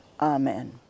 Amen